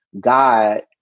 God